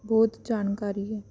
ਬਹੁਤ ਜਾਣਕਾਰੀ ਹੈ